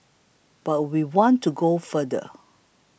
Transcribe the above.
but we want to go further